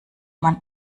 man